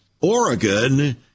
Oregon